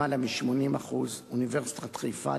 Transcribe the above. למעלה מ-80%; אוניברסיטת חיפה,